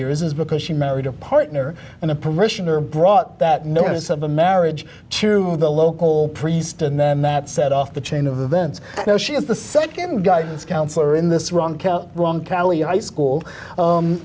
years is because she married a partner and a parishioner brought that notice of the marriage to the local priest and then that set off the chain of events now she is the nd guidance counselor in this wrong wrong cali high school